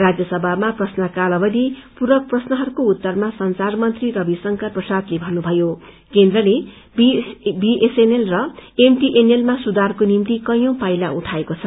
राज्यसभामा प्रश्नकाल अवधि पूरक प्रश्नहरूको उत्तरमा संचार मन्त्री रविशंकर प्रसादले भन्नुभयो केन्द्रते बीएसएनएत र एमटीएनएतमा सुधारको निम्ति कैयी पाइला उठाएको छ